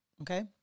Okay